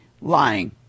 lying